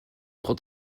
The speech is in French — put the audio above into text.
trois